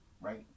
Right